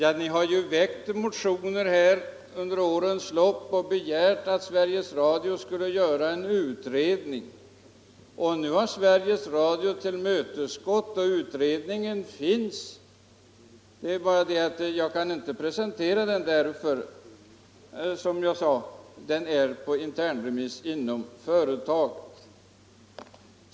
Det har ju väckts motioner under årens lopp med begäran att Sveriges Radio skulle göra en utredning. Nu har Sveriges Radio gjort den utredningen, men jag kan inte presentera den eftersom den, som jag sade, är på internremiss inom företaget.